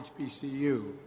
HBCU